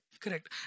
Correct